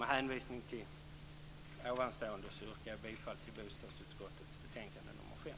Med hänvisning till ovanstående yrkar jag bifall till bostadsutskottets betänkande nr 5.